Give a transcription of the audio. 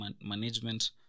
management